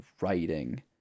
writing